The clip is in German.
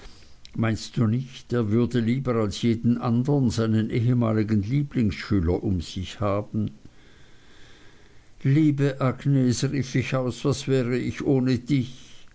meinst du nicht er würde lieber als jeden andern seinen ehemaligen lieblingsschüler um sich haben liebe agnes rief ich aus was wäre ich ohne dich